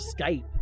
Skype